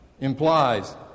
implies